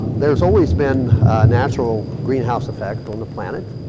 there's always been natural greenhouse effect on the planet.